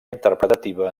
interpretativa